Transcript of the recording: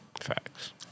Facts